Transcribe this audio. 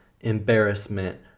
embarrassment